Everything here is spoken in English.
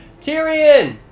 Tyrion